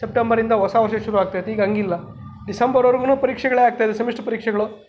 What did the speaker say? ಸೆಪ್ಟಂಬರಿಂದ ಹೊಸ ವರ್ಷ ಶುರುವಾಗ್ತಾಯಿತ್ತು ಈಗ ಹಂಗಿಲ್ಲ ಡಿಸೆಂಬರ್ವರ್ಗು ಪರೀಕ್ಷೆಗಳೇ ಆಗ್ತಾ ಇವೆ ಸೆಮಿಸ್ಟ್ರು ಪರೀಕ್ಷೆಗಳು